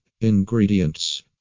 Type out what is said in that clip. Ingredients